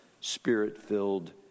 Spirit-filled